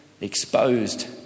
exposed